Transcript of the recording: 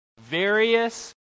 various